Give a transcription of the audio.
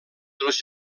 dels